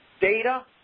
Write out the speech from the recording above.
data